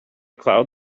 cloud